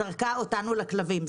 המדינה זרקה אותנו לכלבים,